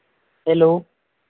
hello